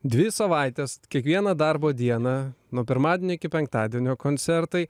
dvi savaites kiekvieną darbo dieną nuo pirmadienio iki penktadienio koncertai